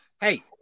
hey